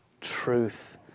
truth